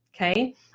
Okay